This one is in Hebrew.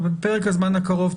בפרק הזמן הקרוב,